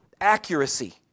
accuracy